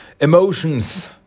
emotions